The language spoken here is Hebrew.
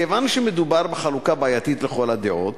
מכיוון שמדובר בחלוקה בעייתית לכל הדעות,